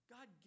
God